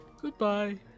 Goodbye